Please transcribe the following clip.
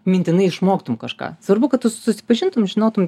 mintinai išmoktum kažką svarbu kad tu susipažintum žinotum